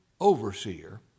overseer